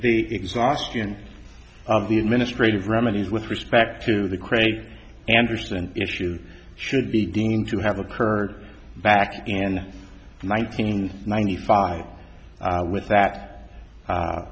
the exhaustion of the administrative remedies with respect to the craig anderson issue should be deemed to have occurred back in nineteen ninety five with that